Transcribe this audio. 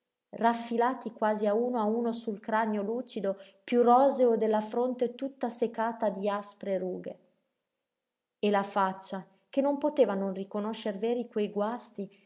superstiti raffilati quasi a uno a uno sul cranio lucido piú roseo della fronte tutta secata di aspre rughe e la faccia che non poteva non riconoscer veri quei guasti